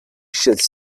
should